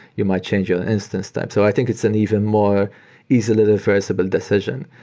you might change your instance type. so i think it's an even more easily reversible decision.